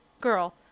girl